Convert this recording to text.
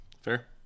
Fair